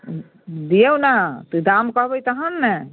दिऔ ने अहाँ दाम कहबै तहन ने